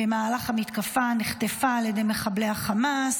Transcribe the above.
במהלך המתקפה נחטפה על ידי מחבלי החמאס.